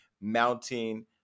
mounting